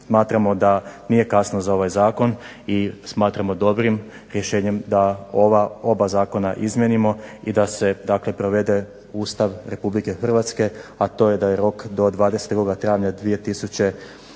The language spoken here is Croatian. Smatramo da nije kasno za ovaj zakon i smatramo dobrim rješenjem da ova oba zakona izmijenimo i da se provede Ustav RH, a to je da je rok do 22. travnja 2011.